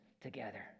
together